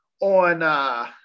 on –